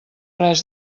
res